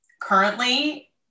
currently